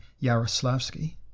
Yaroslavsky